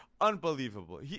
unbelievable